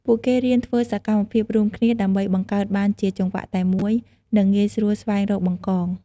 ពួកគេរៀនធ្វើសកម្មភាពរួមគ្នា ដើម្បីបង្កើតបានជាចង្វាក់តែមួយ និងងាយស្រួលស្វែងរក បង្កង។